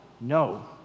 No